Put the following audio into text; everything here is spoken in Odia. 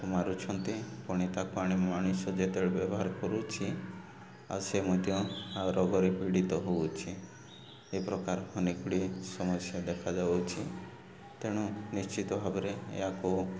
ମାରୁଛନ୍ତି ପୁଣି ତାକୁ ଆଣି ମଣିଷ ଯେତେବେଳେ ବ୍ୟବହାର କରୁଛି ଆଉ ସେ ମଧ୍ୟ ଆଉ ରୋଗର ପୀଡ଼ିତ ହେଉଛି ଏ ପ୍ରକାର ଅନେ ଗୁଡ଼ିଏ ସମସ୍ୟା ଦେଖାଯାଉଛି ତେଣୁ ନିଶ୍ଚିତ ଭାବରେ ଏହାକୁ